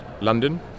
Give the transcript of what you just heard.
london